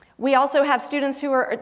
we also have students who are,